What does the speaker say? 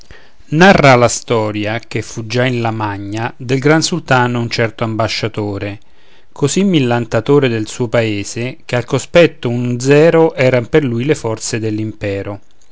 narra la storia che fu già in lamagna del gran sultano un certo ambasciatore così millantatore del suo paese che al cospetto un zero eran per lui le forze